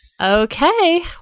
Okay